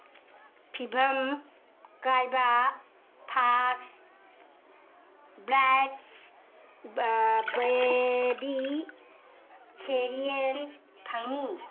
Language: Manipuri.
ꯐꯤꯚꯝ ꯀꯥꯏꯕ ꯐꯥꯁ ꯗ꯭ꯔꯥꯏꯞ ꯕꯦꯕꯤ ꯁꯦꯔꯤꯌꯦꯜ ꯐꯪꯅꯤ